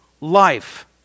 life